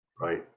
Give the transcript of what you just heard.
Right